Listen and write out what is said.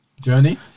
journey